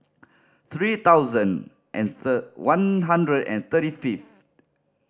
three thousand and third one hundred and thirty fifth